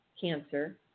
cancer